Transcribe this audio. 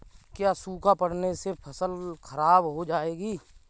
क्या सूखा पड़ने से फसल खराब हो जाएगी?